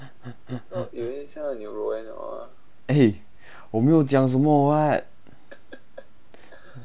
eh 我没有讲什么 [what]